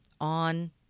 on